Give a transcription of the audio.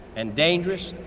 and dangerous,